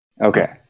Okay